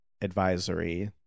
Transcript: advisory